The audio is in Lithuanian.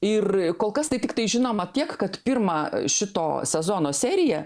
ir kol kas tai tiktai žinoma tiek kad pirmą šito sezono seriją